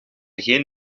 geen